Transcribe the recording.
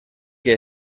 que